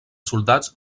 soldats